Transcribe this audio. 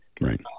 Right